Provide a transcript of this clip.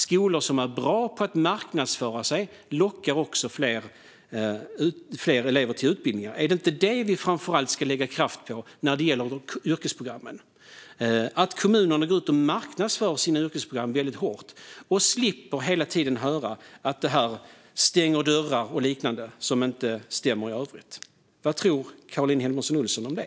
Skolor som är bra på att marknadsföra sig lockar också fler elever till utbildningar. Är det inte detta - att kommunerna går ut och marknadsför sina yrkesprogram väldigt hårt och slipper att hela tiden höra att detta stänger dörrar och liknande, vilket för övrigt inte stämmer - vi framför allt ska lägga kraft på när det gäller yrkesprogrammen? Vad tror Caroline Helmersson Olsson om det?